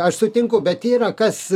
aš sutinku bet yra kas